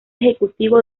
ejecutivo